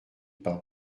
pas